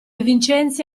vincenzi